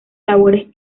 labores